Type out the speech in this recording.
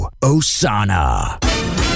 Osana